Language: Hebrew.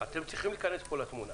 צריכים להיכנס פה לתמונה.